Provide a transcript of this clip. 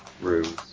Rooms